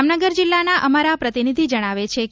જામનગર જિલ્લાના અમારા પ્રતિનિધિ જણાવે છે કે